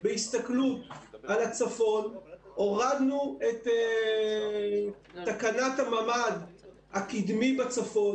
בהסתכלות על הצפון הורדנו את תקנת הממ"ד הקדמי בצפון,